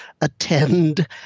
attend